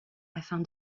afin